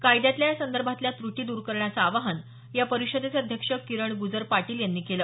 कायद्यातल्या या संदर्भातील त्रुटी द्र करण्याचं आवाहन या परिषदेचे अध्यक्ष किरण गुजर पाटील यांनी केलं